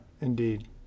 Indeed